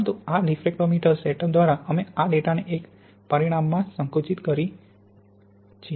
પરંતુ આ diffractometer setup દ્વારા અમે આ ડેટાને એક પરિમાણ માં સંકુચિત કરીએ છીએ